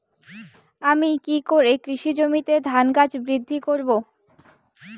আমি কী করে কৃষি জমিতে ধান গাছ বৃদ্ধি করব?